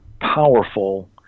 powerful